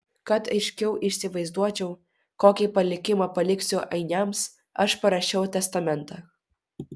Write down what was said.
kad aiškiau įsivaizduočiau kokį palikimą paliksiu ainiams aš parašiau testamentą